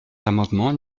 l’amendement